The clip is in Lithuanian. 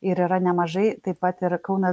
ir yra nemažai taip pat ir kauno